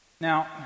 Now